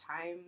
time